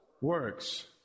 works